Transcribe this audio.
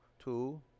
two